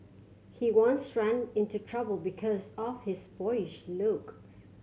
he once ran into trouble because of his boyish looks